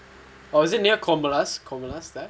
oh is it near commonwealth